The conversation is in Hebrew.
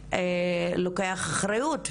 לוקח אחריות,